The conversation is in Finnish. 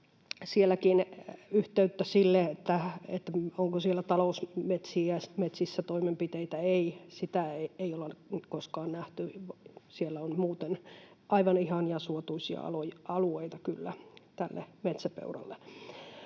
Sielläkään yhteyttä sille, onko siellä talousmetsissä toimenpiteitä, ei, sitä ei olla koskaan nähty. Siellä on muuten aivan ihania suotuisia alueita kyllä tälle metsäpeuralle.